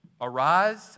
arise